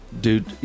dude